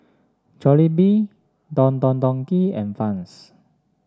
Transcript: Jollibee Don Don Donki and Vans